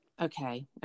Okay